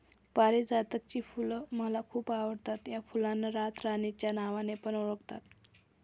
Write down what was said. पारीजातकाची फुल मला खूप आवडता या फुलांना रातराणी च्या नावाने पण ओळखतात